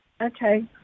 Okay